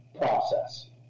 process